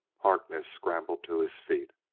harkness scrambled to his feet.